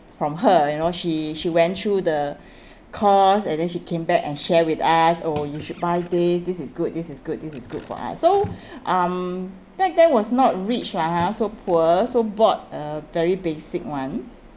from her you know she she went through the course and then she came back and share with us oh you should buy this this is good this is good this is good for us so um back then was not rich lah ha so poor so bought a very basic one